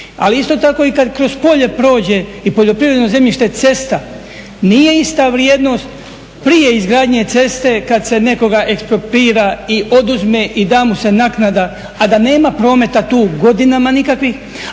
Ali isto tako i kad kroz polje prođe i poljoprivredno zemljište cesta nije ista vrijednost prije izgradnje ceste kad se nekoga ekspropira i oduzme i da mu se naknada a da nema prometa tu godinama nikakvog